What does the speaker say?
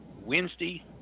Wednesday